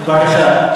בבקשה.